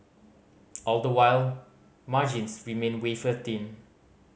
all the while margins remain wafer thin